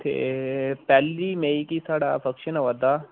ते पैह्ली मेई गी साढ़ा फन्क्शन आवा'रदा